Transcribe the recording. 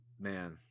man